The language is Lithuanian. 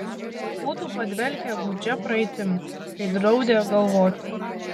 lyg būtų padvelkę gūdžia praeitim kai draudė galvoti